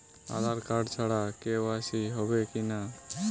আধার card ছাড়া KYC হবে কিনা?